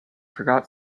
forgot